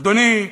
אדוני,